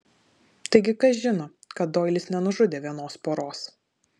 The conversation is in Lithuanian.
taigi kas žino kad doilis nenužudė vienos poros